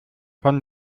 von